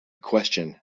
question